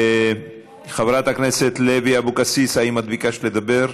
חברת הכנסת לוי אבקסיס, האם ביקשת לדבר?